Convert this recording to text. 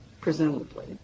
presumably